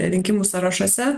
rinkimų sąrašuose